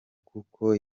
kuko